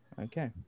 Okay